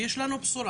ויש לנו בשורה.